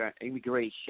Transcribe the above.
immigration